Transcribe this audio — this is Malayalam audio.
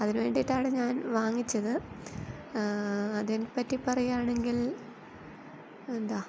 അതിനു വേണ്ടിയിട്ടാണ് ഞാൻ വാങ്ങിച്ചത് അതിനേ പറ്റി പറയുകയാണെങ്കിൽ എന്താ